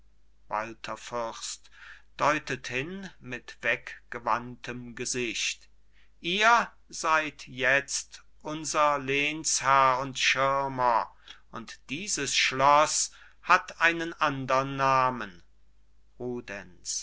fürst deutet hin mit weggewandtem gesicht ihr seid jetzt unser lehensherr und schirmer und dieses schloss hat einen andern namen